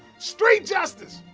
street justice!